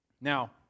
Now